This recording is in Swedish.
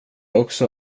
också